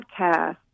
podcast